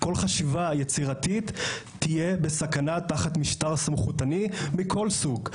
כל חשיבה יצירתית תהיה בסכנה תחת משטר סמכותני מכל סוג,